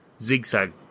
zigzag